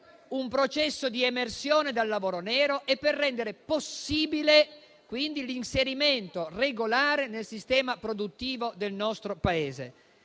un processo di emersione dal lavoro nero e per rendere quindi possibile l'inserimento regolare nel sistema produttivo del nostro Paese.